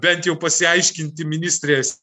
bent jau pasiaiškinti ministrės